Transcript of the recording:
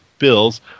bills